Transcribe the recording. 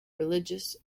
religious